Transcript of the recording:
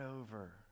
over